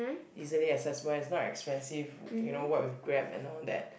easily accessible and is not expensive you know what with Grab and all that